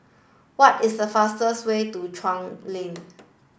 what is the fastest way to Chuan Lane